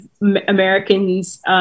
Americans